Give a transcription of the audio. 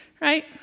right